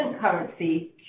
currency